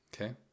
Okay